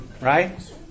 right